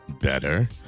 better